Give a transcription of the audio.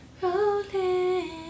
rolling